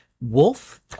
Wolf